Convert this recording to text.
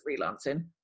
freelancing